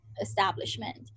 establishment